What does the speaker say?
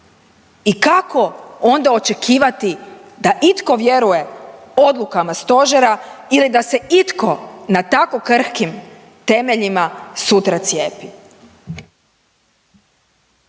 I kako onda očekivati da itko vjeruje odlukama stožera ili da se itko na tako krhkim temeljima sutra cijepi?